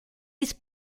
isso